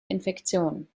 infektionen